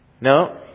No